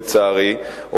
לצערי,